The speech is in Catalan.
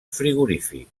frigorífic